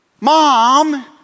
Mom